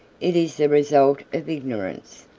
it is the result of ignorance.